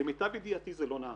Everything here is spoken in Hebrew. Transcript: למיטב ידיעתי, זה לא נעשה.